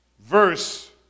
verse